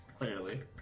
clearly